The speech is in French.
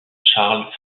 charles